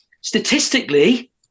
statistically